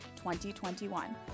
2021